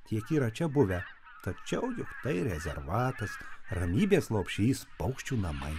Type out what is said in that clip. tiek yra čia buvę tačiau tai rezervatas ramybės lopšys paukščių namai